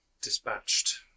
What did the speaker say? dispatched